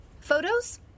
Photos